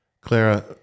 Clara